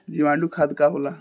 जीवाणु खाद का होला?